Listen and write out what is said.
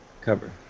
cover